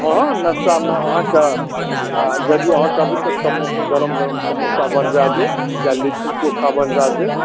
हँ नाश्तामे अहाँकेॅं यदि अहाँ कहबै तऽ गरम गरम समोसा बनवा देब या लिट्टी चोखा बनवा देब